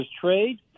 trade